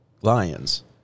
lions